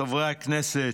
חברי הכנסת,